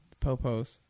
Popos